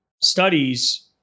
studies